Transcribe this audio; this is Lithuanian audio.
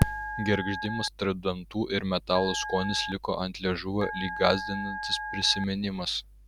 gergždimas tarp dantų ir metalo skonis liko ant liežuvio lyg gąsdinantis prisiminimas